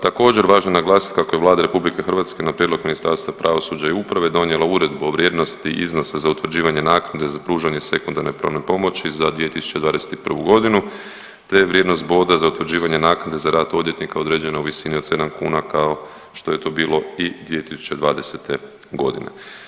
Također, važno je naglasiti kako je Vlada RH na prijedlog Ministarstva pravosuđa i uprave donijela uredbu o vrijednosti iznosa za utvrđivanje naknade za pružanje sekundarne pravne pomoći za 2021. godinu te je vrijednost boda za utvrđivanje naknade za rad odvjetnika određena u visini od 7 kuna kao što je to bilo i 2020. godine.